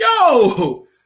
Yo